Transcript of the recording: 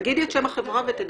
תגידי את שם החברה ותדברי.